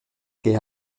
que